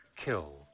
Kill